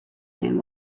man